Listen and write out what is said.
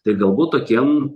tai galbūt tokiem